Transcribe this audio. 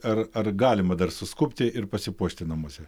ar ar galima dar suskubti ir pasipuošti namuose